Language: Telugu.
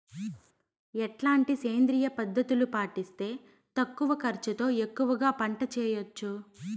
ఎట్లాంటి సేంద్రియ పద్ధతులు పాటిస్తే తక్కువ ఖర్చు తో ఎక్కువగా పంట చేయొచ్చు?